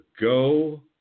go